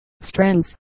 strength